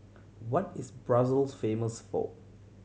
what is Brussels famous for